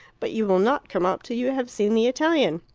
but you will not come up till you have seen the italian.